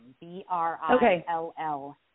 B-R-I-L-L